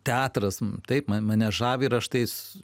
teatras taip mane žavi ir aš tai